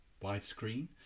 widescreen